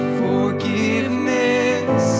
forgiveness